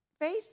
Faith